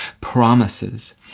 promises